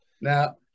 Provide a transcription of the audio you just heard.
Now